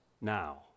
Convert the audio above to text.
now